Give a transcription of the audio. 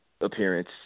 Appearance